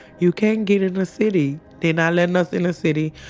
you can't get in the city. they not letting us in the city.